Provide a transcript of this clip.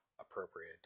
appropriate